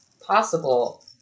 possible